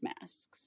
masks